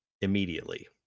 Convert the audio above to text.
immediately